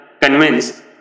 convinced